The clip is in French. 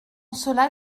cela